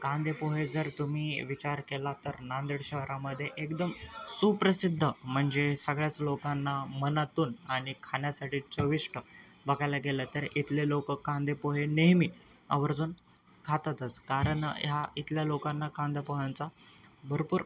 कांदेपोहे जर तुम्ही विचार केलात तर नांदेड शहरामध्ये एकदम सुप्रसिद्ध म्हणजे सगळ्याच लोकांना मनातून आणि खाण्यासाठी चविष्ट बघायला गेलंत तर इथले लोक कांदेपोहे नेहमी आवर्जून खातातच कारण ह्या इथल्या लोकांना कांदेपोह्यांचा भरपूर